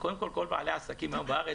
כל בעלי העסקים בארץ,